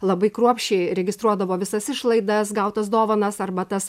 labai kruopščiai registruodavo visas išlaidas gautas dovanas arba tas